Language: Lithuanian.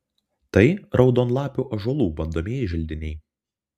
tai raudonlapių ąžuolų bandomieji želdiniai